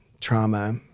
trauma